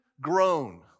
grown